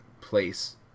place